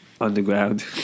underground